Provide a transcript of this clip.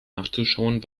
nachzuschauen